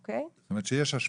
זאת אומרת שיש השפעה.